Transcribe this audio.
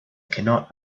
cannot